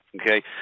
Okay